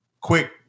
quick